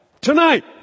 Tonight